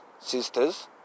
sisters